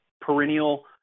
perennial